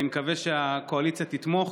אני מקווה שהקואליציה תתמוך,